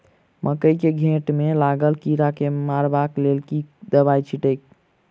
मकई केँ घेँट मे लागल कीड़ा केँ मारबाक लेल केँ दवाई केँ छीटि?